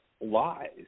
lies